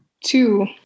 Two